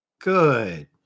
Good